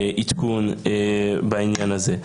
עדכון בעניין הזה.